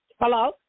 Hello